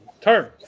Turn